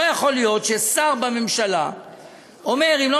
לא יכול להיות ששר בממשלה אומר: אם לא